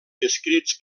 escrits